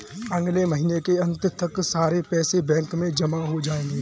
अगले महीने के अंत तक सारे पैसे बैंक में जमा हो जायेंगे